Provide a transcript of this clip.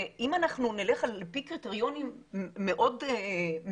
אם אנחנו נלך על פי קריטריונים מאוד מצומצמים,